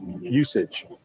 usage